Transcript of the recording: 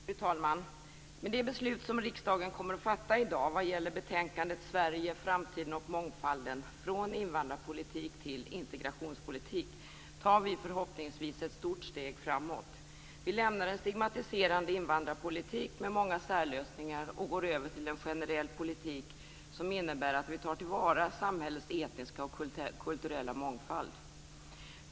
Fru talman! Med det beslut som riksdagen kommer att fatta i dag vad gäller betänkande Sverige, framtiden och mångfalden - från invandrarpolitik till integrationspolitik tar vi förhoppningsvis ett stort steg framåt. Vi lämnar en stigmatiserande invandrarpolitik med många särlösningar och går över till en generell politik som innebär att vi tar till vara samhällets etniska och kulturella mångfald.